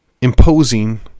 imposing